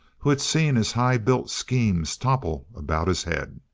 who had seen his high built schemes topple about his head.